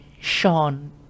Sean